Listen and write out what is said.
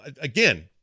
again